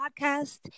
Podcast